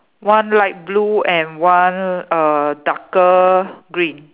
one light blue and one uh darker green